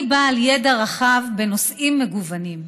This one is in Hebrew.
אני בעל ידע רחב בנושאים מגוונים.